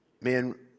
Men